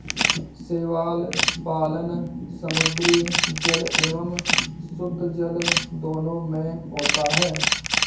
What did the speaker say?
शैवाल पालन समुद्री जल एवं शुद्धजल दोनों में होता है